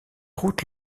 route